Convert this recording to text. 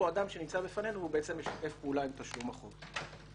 שהאדם שנמצא בפנינו בעצם משתף פעולה עם תשלום החוב.